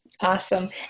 Awesome